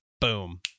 Boom